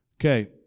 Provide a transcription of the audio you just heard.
Okay